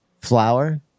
Flour